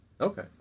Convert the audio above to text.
Okay